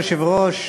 אדוני היושב-ראש,